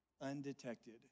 undetected